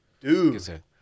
Dude